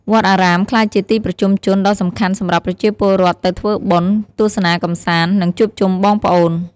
វត្តអារាមក្លាយជាទីប្រជុំជនដ៏សំខាន់សម្រាប់ប្រជាពលរដ្ឋទៅធ្វើបុណ្យ ទស្សនាកម្សាន្ត និងជួបជុំបងប្អូន។